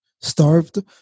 starved